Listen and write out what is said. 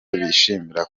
bishimira